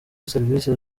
serivisi